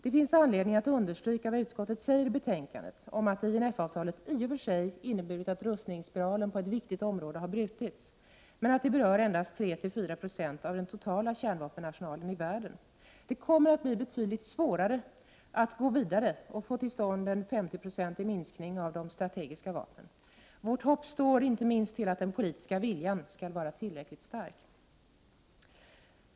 Det finns anledning att understryka vad utskottet säger i betänkandet om att INF-avtalet i och för sig inneburit att röstningsspiralen på ett viktigt område har brutits, men att det berör endast 3-4 96 av den totala kärnvapenarsenalen i världen. Det kommer att bli betydligt svårare att gå vidare och få till stånd en 50-procentig minskning av de strategiska vapnen. Vårt hopp står inte minst till att den politiska viljan skall vara tillräckligt stark.